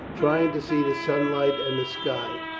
trying to see the sunlight and the sky.